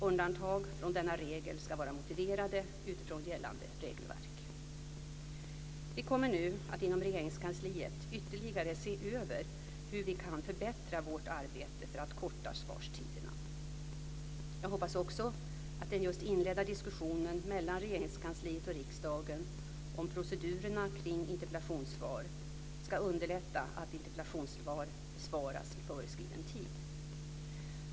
Undantag från denna regel ska vara motiverade utifrån gällande regelverk. Vi kommer nu att inom Regeringskansliet ytterligare se över hur vi kan förbättra vårt arbete för att korta svarstiderna. Jag hoppas också att den just inledda diskussionen mellan Regeringskansliet och riksdagen om procedurerna kring interpellationssvar ska underlätta att interpellationer besvaras inom föreskriven tid.